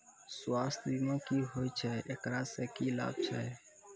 स्वास्थ्य बीमा की होय छै, एकरा से की लाभ छै?